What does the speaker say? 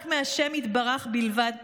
רק מהשם יתברך בלבד פחד.